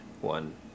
one